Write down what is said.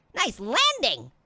nice landing.